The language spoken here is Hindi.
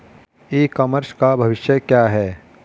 ई कॉमर्स का भविष्य क्या है?